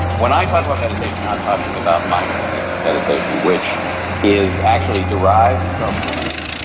when i talk about meditation, i'm talking about mindfulness meditation, which is actually derived from buddhism,